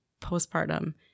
postpartum